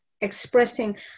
expressing